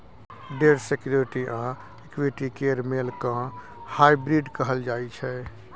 date security आ equity केर मेल केँ हाइब्रिड कहल जाइ छै